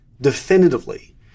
definitively